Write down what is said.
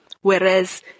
whereas